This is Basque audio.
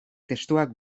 testuak